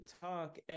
talk